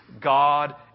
God